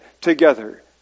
together